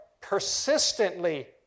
persistently